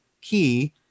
key